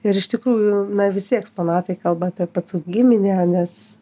ir iš tikrųjų na visi eksponatai kalba apie pacų giminę nes